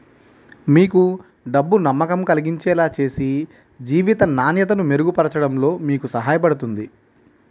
మీకు డబ్బు నమ్మకం కలిగించేలా చేసి జీవిత నాణ్యతను మెరుగుపరచడంలో మీకు సహాయపడుతుంది